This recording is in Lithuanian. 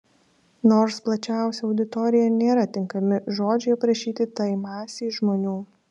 nors plačiausia auditorija nėra tinkami žodžiai aprašyti tai masei žmonių